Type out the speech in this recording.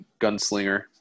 gunslinger